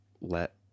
let